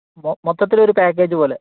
മൊത്തത്തിൽ ഒരു പാക്കേജ് പോലെ